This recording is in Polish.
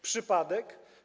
Przypadek?